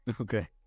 Okay